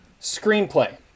screenplay